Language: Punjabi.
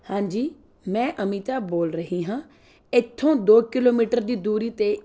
ਹਾਂਜੀ ਮੈਂ ਅਮਿਤਾ ਬੋਲ ਰਹੀ ਹਾਂ ਇੱਥੋਂ ਦੋ ਕਿਲੋਮੀਟਰ ਦੀ ਦੂਰੀ 'ਤੇ